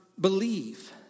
believe